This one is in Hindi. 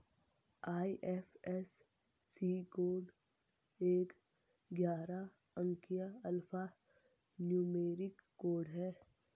आई.एफ.एस.सी कोड एक ग्यारह अंकीय अल्फा न्यूमेरिक कोड है